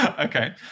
Okay